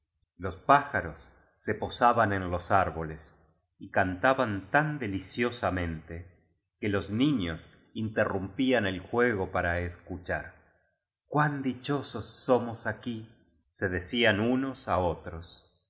los pájaros se posaban en ios árboles y cantaban tan deliciosamente quelos ni ños interrum pían el juego para escuchar cuán dichosos somos aquí se de cían unos á otros